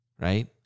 right